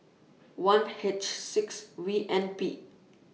one H six V N P